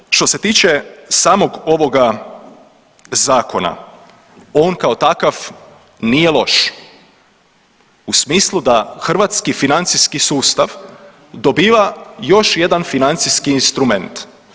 E sad, što se tiče samog ovoga zakona on kao takav nije loš u smislu da hrvatski financijski sustav dobiva još jedan financijski instrument.